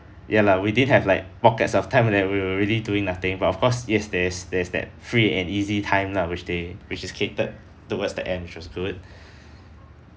ya lah we didn't have like pockets of time that we were really doing nothing but of course yes there's there's that free and easy time lah which they which is catered towards the end which was good